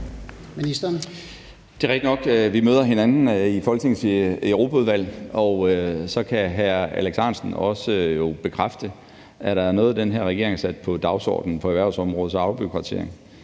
Bødskov): Det er rigtigt, at vi møder hinanden i Folketingets Europaudvalg, og så kan hr. Alex Ahrendtsen jo også bekræfte, at er der noget, den her regering har sat på dagsordnen på erhvervsområdet, så er det afbureaukratisering.